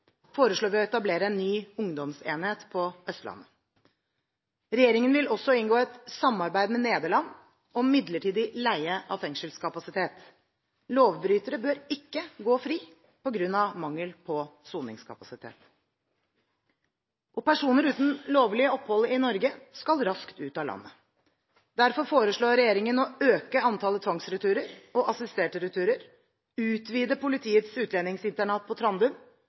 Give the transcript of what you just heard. foreslår vi å etablere en ny ungdomsenhet på Østlandet. Regjeringen vil også inngå et samarbeid med Nederland om midlertidig leie av fengselskapasitet. Lovbrytere bør ikke gå fri på grunn av mangel på soningskapasitet. Personer uten lovlig opphold i Norge skal raskt ut av landet. Derfor foreslår regjeringen å øke antallet tvangsreturer og assisterte returer, utvide Politiets utlendingsinternat på Trandum